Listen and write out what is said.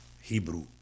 Hebrew